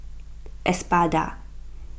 Espada